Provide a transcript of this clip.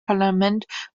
parlament